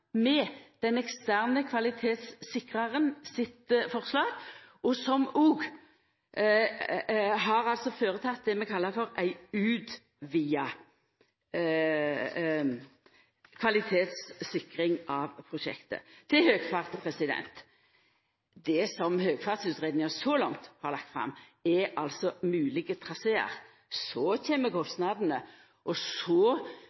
med den eksterne kvalitetssikraren sitt forslag, og som òg fører til det vi kallar ei utvida kvalitetssikring av prosjektet. Til høgfart: Det som så langt er lagt fram i høgfarstutgreiinga, er moglege trasear. Så kjem kostnadene, så kjem dei politiske prosessane, og så